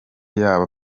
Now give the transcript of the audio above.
yaba